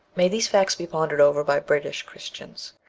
may these facts be pondered over by british christians,